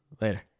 Later